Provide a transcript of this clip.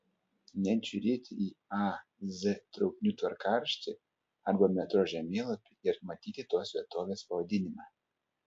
net žiūrėti į a z traukinių tvarkaraštį arba metro žemėlapį ir matyti tos vietovės pavadinimą